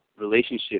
relationship